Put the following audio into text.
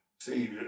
see